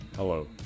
Hello